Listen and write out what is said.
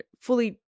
fully